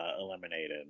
eliminated